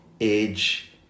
age